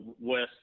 West